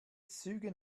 züge